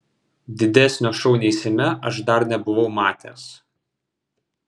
didesnio šou nei seime aš dar nebuvau matęs